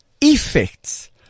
effects